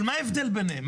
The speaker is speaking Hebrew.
אבל מה ההבדל ביניהם?